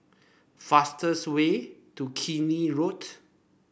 fastest way to Keene Road